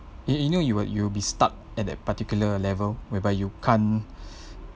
you you know you are you'll be stuck at that particular level whereby you can't